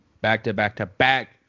Back-to-back-to-back